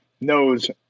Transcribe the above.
knows